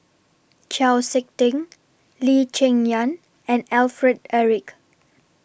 Chau Sik Ting Lee Cheng Yan and Alfred Eric